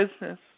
business